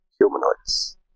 humanoids